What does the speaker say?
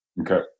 Okay